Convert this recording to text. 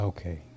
Okay